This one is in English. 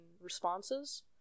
responses